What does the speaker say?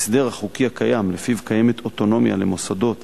ההסדר החוקי הקיים, שלפיו יש אוטונומיה למוסדות